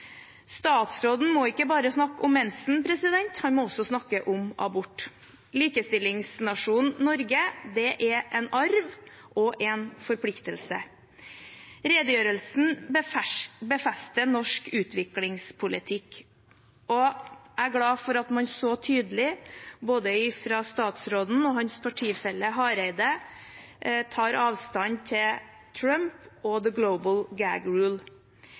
Statsråden må ikke bare snakke om mensen, han må også snakke om abort. Likestillingsnasjonen Norge har en arv og en forpliktelse. Redegjørelsen befester norsk utviklingspolitikk, og jeg er glad for at man så tydelig – både statsråden og hans partifelle Hareide – tar avstand fra Trump og «the global